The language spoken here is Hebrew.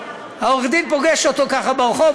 עורך-הדין פוגש אותו ככה ברחוב,